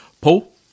Paul